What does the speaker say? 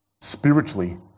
spiritually